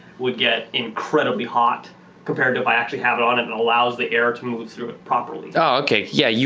would get incredibly hot compared to if i actually have it on, it and allows the air to move through it properly. ah okay, yeah yeah.